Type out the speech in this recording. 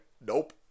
Nope